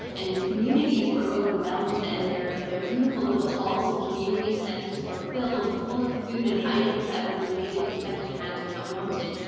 and communities were overwhelmed. and they're they're beautiful. little halls and community centres were filled full of food and items that were donated and second hand and not wanted.